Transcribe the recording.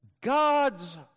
God's